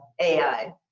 AI